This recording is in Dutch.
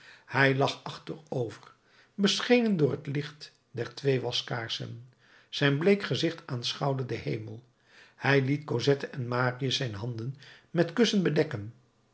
hij lag achterover beschenen door het licht der twee waskaarsen zijn bleek gezicht aanschouwde den hemel hij liet cosette en marius zijn handen met kussen bedekken